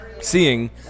seeing